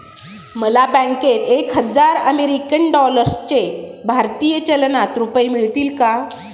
मला बँकेत एक हजार अमेरीकन डॉलर्सचे भारतीय चलनात रुपये मिळतील का?